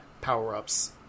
power-ups